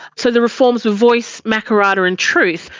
so the reforms are voice, makarrata and truth,